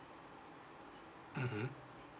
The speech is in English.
mmhmm